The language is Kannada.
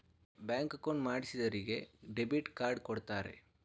ಬ್ಯಾಂಕ್ ಅಕೌಂಟ್ ಮಾಡಿಸಿದರಿಗೆ ಡೆಬಿಟ್ ಕಾರ್ಡ್ ಕೊಡ್ತಾರೆ